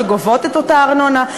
שגובות את אותה ארנונה.